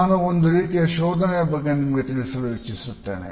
ನಾನು ಒಂದು ರೀತಿಯ ಶೋಧನೆಯ ಬಗ್ಗೆ ನಿಮಗೆ ತಿಳಿಸಲು ಇಚ್ಛಿಸುತ್ತೇನೆ